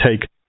take